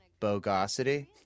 bogosity